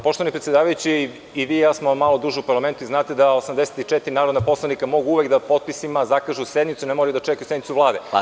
Poštovani predsedavajući, i vi i ja smo malo duže u parlamentu i znate da 84 narodna poslanika mogu uvek da potpisima zakažu sednicu, ne moraju da čekaju sednicu Vlade.